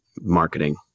marketing